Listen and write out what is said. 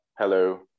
hello